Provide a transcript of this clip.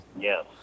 Yes